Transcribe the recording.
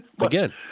again